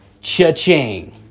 Cha-ching